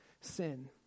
sin